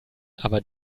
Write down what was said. aber